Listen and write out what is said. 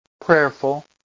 Prayerful